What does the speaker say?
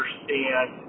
understand